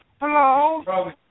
Hello